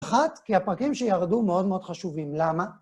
אחת, כי הפרקים שירדו מאוד מאוד חשובים. למה?